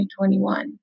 2021